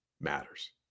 matters